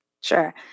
Sure